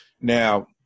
Now